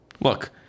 Look